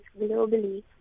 globally